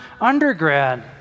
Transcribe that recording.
undergrad